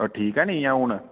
ठीक ऐ नि ऐ हून